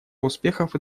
успехов